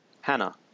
Hannah